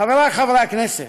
חברי חברי הכנסת,